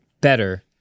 better